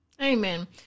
Amen